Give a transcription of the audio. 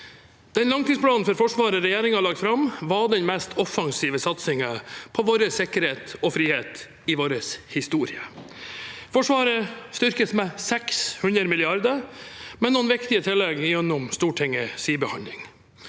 Den langtidsplanen for Forsvaret regjeringen har lagt fram, er den mest offensive satsingen på vår sikkerhet og frihet i vår historie. Forsvaret styrkes med 600 mrd. kr, med noen viktige tillegg gjennom Stortingets behandling.